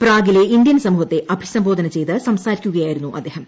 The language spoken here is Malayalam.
പ്രാഗിലെ ഇന്ത്യൻ സമൂഹത്തെ അഭിസംബോധന ചെയ്ത് സംസാരിക്കുകയായിരുന്നു അദ്ദേഹം